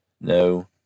no